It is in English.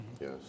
Yes